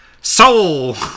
soul